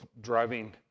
driving